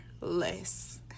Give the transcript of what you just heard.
less